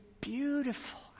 beautiful